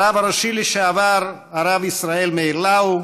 הרב הראשי לשעבר הרב ישראל מאיר לאו,